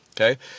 Okay